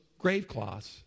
gravecloths